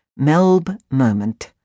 MelbMoment